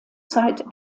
zeit